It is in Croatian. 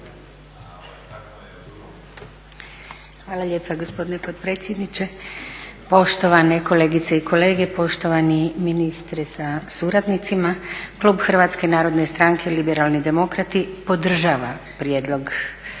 Hvala lijepa gospodine potpredsjedniče, poštovane kolegice i kolege, poštovani ministre sa suradnicima klub Hrvatske narodne stranke liberalnih demokrati podržava prijedlog